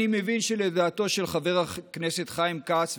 אני מבין שלדעתו של חבר הכנסת חיים כץ,